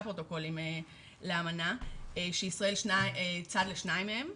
פרוטוקולים לאמנה שישראל היא צד לשניים מהם,